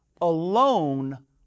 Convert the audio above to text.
alone